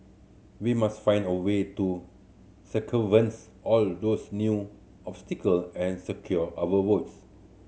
we must find a way to circumvents all those new obstacle and secure our votes